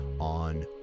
on